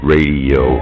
Radio